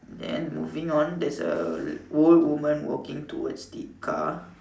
then moving on there's a old woman walking towards the car